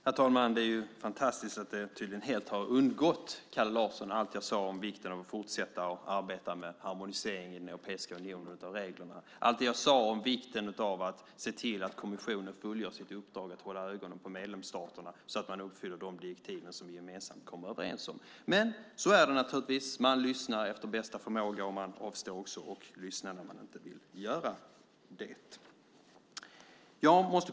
Herr talman! Det är fantastiskt att allt det jag sade om vikten av att fortsätta att arbeta med harmonisering av reglerna i Europeiska unionen och allt det jag sade om vikten av att kommissionen fullgör sitt uppdrag att hålla ögonen på medlemsstaterna så att de uppfyller de direktiv som vi gemensamt kommit överens om tydligen helt har undgått Kalle Larsson. Men så är det naturligtvis, man lyssnar efter bästa förmåga, och man avstår också från att lyssna när man inte vill göra det.